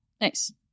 Nice